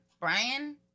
Brian